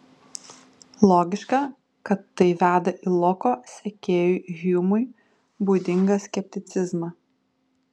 logiška kad tai veda į loko sekėjui hjumui būdingą skepticizmą